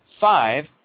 Five